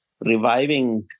reviving